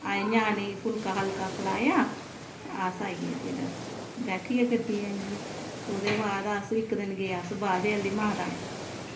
ते ञ्यानें गी फुल्का खलाया अस आईइये फिर बैठियै फिर ते ओह्दे बाद फिर अस इक दिन गे बाह्वे आह्ली माता